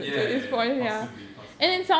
ya ya ya possibly possibly